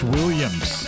Williams